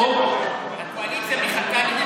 הקואליציה מחכה לנתניהו.